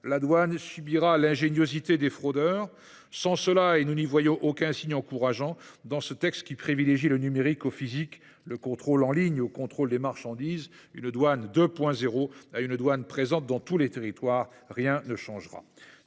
la douane subira l’ingéniosité des fraudeurs. Sans cette politique – dont nous ne voyons aucun signe encourageant dans ce texte qui privilégie le numérique au physique, le contrôle en ligne au contrôle des marchandises, une douane 2.0 à une douane présente dans tous les territoires –, rien ne changera.